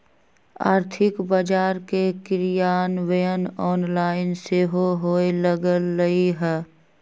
आर्थिक बजार के क्रियान्वयन ऑनलाइन सेहो होय लगलइ ह